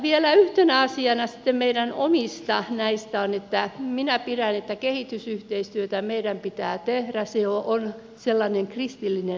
vielä yhtenä asiana sitten näistä meidän omista kohdista on että minä katson että kehitysyhteistyötä meidän pitää tehdä se on sellainen kristillinen näkemyskin